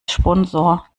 sponsor